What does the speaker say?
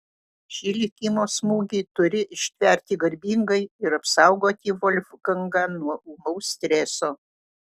šį likimo smūgį turi ištverti garbingai ir apsaugoti volfgangą nuo ūmaus streso